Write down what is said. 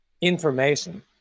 information